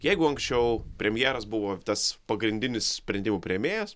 jeigu anksčiau premjeras buvo tas pagrindinis sprendimų priėmėjas